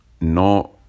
no